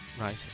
Right